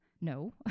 no